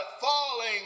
falling